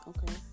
Okay